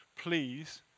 Please